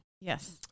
Yes